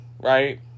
right